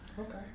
Okay